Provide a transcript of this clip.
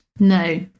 No